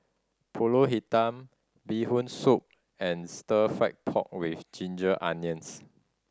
Pulut Hitam Bee Hoon Soup and Stir Fry pork with ginger onions